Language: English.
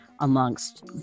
amongst